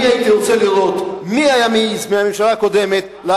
אני הייתי רוצה לראות מי מהממשלה הקודמת היה מעז